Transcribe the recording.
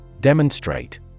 Demonstrate